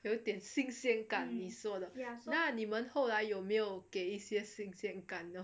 有点新鲜感的你们后来有没有给一些新鲜感呢